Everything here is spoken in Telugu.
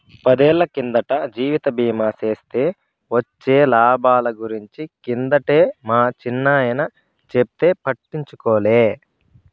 పదేళ్ళ కిందట జీవిత బీమా సేస్తే వొచ్చే లాబాల గురించి కిందటే మా చిన్నాయన చెప్తే పట్టించుకోలే